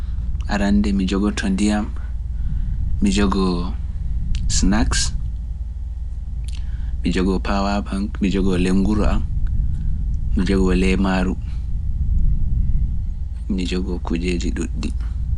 Arannde mi jogoto ndiyam, mi jogo snacks, mi jogo pawab, mi jogo leŋguro am, mi jogo leemaru, mi jogo kuijeji ɗuuɗɗi.